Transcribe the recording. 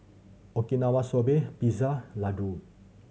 Okinawa Soba Pizza Ladoo